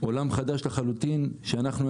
עולם חדש לחלוטין שאנחנו,